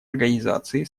организации